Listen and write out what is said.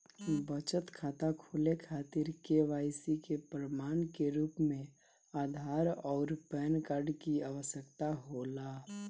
बचत खाता खोले खातिर के.वाइ.सी के प्रमाण के रूप में आधार आउर पैन कार्ड की आवश्यकता होला